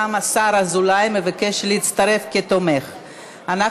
חברי כנסת, אין מתנגדים, אין נמנעים.